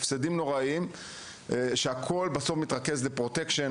הם סופגים הפסדים נוראיים והכל בעצם מתרכז ל- Protection.